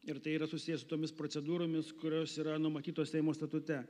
ir tai yra susiję su tomis procedūromis kurios yra numatytos seimo statute